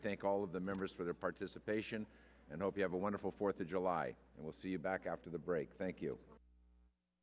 thank all of the members for their participation and hope you have a wonderful fourth of july and we'll see you back after the break thank you